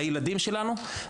בילדים שלנו,